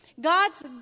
God's